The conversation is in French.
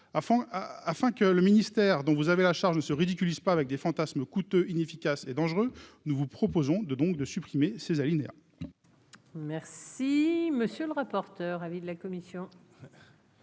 afin que le ministère dont vous avez la charge se ridiculise pas avec des fantasmes coûteux, inefficace et dangereux, nous vous proposons de donc de supprimer ses alinéas.